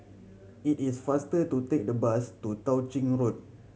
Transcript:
it is faster to take the bus to Tao Ching Road